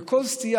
וכל סטייה,